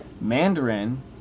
Mandarin